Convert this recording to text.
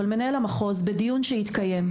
אבל בדיון שהתקיים,